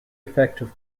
effective